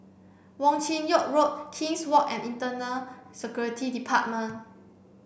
wong Chin Yoke Road King's Walk and Internal Security Department